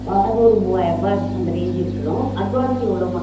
வாடகை ஒரு மூவாய ருபா அந்த ரேஞ்சு இருக்கணும் அட்வான்ஸ் எவ்வளோமா